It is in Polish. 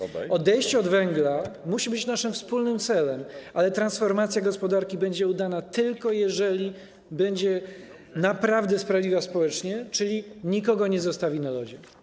Odejście od węgla musi być naszym wspólnym celem, ale transformacja gospodarki będzie udana tylko wtedy, gdy będzie naprawdę sprawiedliwa społecznie, czyli nikogo nie zostawi się na lodzie.